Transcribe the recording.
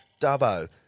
Dubbo